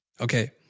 Okay